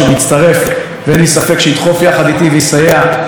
כדי לקדם את ההצעה הזו כמה שיותר מהר.